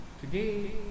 Today